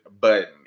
button